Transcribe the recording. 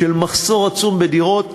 של מחסור עצום בדירות,